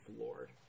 Lord